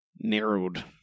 narrowed